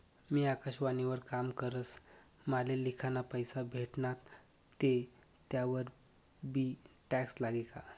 मी आकाशवाणी वर काम करस माले लिखाना पैसा भेटनात ते त्यावर बी टॅक्स लागी का?